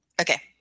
Okay